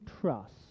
trust